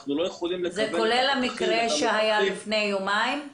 זה כולל את המקרה שהיה לפני יומיים?